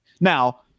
now